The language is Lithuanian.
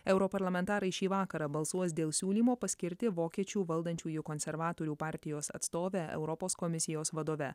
europarlamentarai šį vakarą balsuos dėl siūlymo paskirti vokiečių valdančiųjų konservatorių partijos atstovę europos komisijos vadove